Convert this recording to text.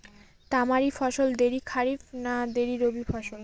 তামারি ফসল দেরী খরিফ না দেরী রবি ফসল?